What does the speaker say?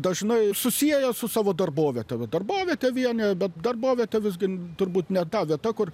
dažnai susieja su savo darboviete darbovietė vienija bet darbovietė visgi turbūt ne ta vieta kur